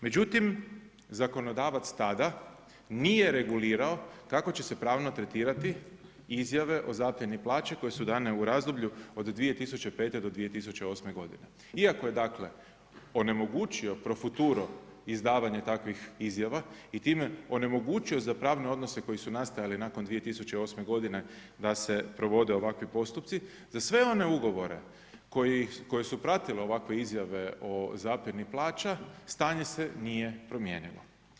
Međutim, zakonodavac tada nije regulirao kako će se pravno regulirati izjave o zapljeni plaće koje su dane u razdoblju od 2005. do 2008. godine, iako je onemogućio pro futuro izdavanje takvih izjava i time onemogućio za pravne odnose koji su nastajali nakon 2008. godine da se provode ovakvi postupci, za sve one ugovore koje su pratile ovakve izjave o zapljeni plaća stanje se nije promijenilo.